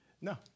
No